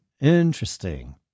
Interesting